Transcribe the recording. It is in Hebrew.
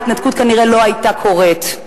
ההתנתקות כנראה לא היתה קורית,